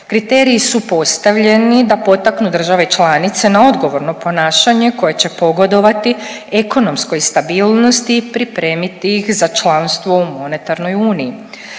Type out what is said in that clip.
Kriteriji su postavljeni da potaknu države članice na odgovorno ponašanje koje će pogodovati ekonomskoj stabilnosti i pripremiti ih za članstvo u monetarnoj uniji.